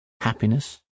happiness